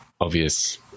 obvious